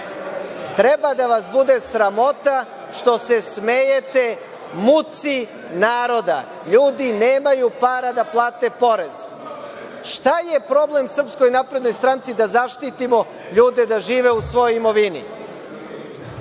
Treba da vas bude sramota što se smejete muci naroda. LJudi nemaju para da plate porez. Šta je problem Srpskoj naprednoj stranci da zaštitimo ljude da žive u svojoj imovini? Druga